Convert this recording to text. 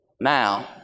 Now